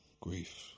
grief